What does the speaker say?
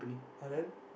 ah then